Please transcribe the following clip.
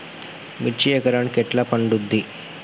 మిర్చి ఎకరానికి ఎట్లా పండుద్ధి?